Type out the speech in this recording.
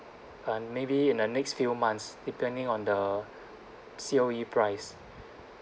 um maybe in the next few months depending on the C_O_E price